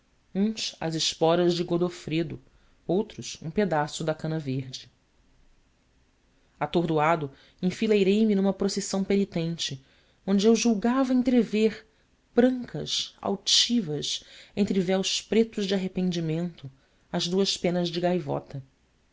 as esporas de godofredo outros um pedaço de cana verde atordoado enfileirei me numa procissão penitente onde eu julgara entrever brancas altivas entre véus pretos de arrependimento as duas penas de gaivota